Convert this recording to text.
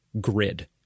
grid